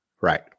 Right